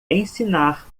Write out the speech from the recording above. ensinar